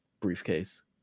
briefcase